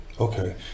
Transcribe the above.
Okay